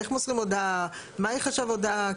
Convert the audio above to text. איך מוסרים הודעה, מה ייחשב הודעה?